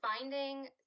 finding